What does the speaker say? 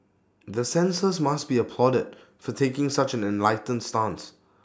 the censors must be applauded for taking such an enlightened stance